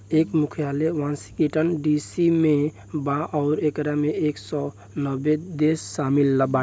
एकर मुख्यालय Washington DC में बा अउरी एकरा में एक सौ नब्बे देश शामिल बाटे